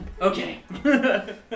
Okay